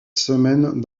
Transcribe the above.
semaines